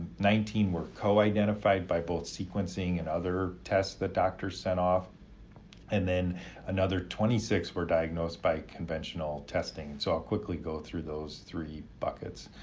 nineteen were co-identified by both sequencing and other tests that doctors set off and then another twenty six were diagnosed by conventional testing. so i'll quickly go through those three buckets.